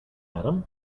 madam